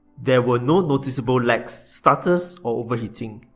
there were no noticeable lags, stutters or overheating.